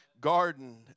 Garden